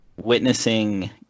witnessing